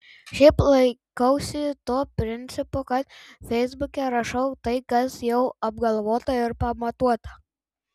šiaip laikausi to principo kad feisbuke rašau tai kas jau apgalvota ir pamatuota